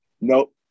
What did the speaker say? Nope